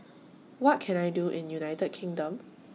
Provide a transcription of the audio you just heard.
What Can I Do in United Kingdom